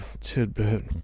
tidbit